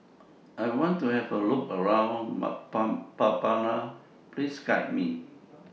I want to Have A Look around Mbabana Please Guide Me